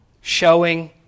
showing